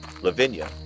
Lavinia